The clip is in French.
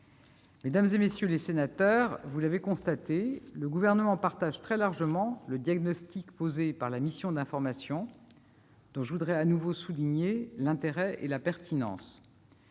Mesdames, messieurs les sénateurs, vous l'avez constaté, le Gouvernement partage très largement le diagnostic posé par la mission d'information, dont je veux de nouveau souligner l'intérêt et la pertinence.